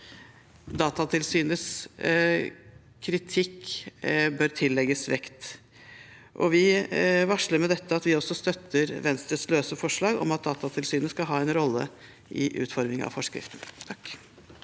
Datatilsynets kritikk bør tillegges vekt. Vi varsler med dette at vi også støtter Venstres løse forslag om at Datatilsynet skal ha en rolle i utformingen av forskriften.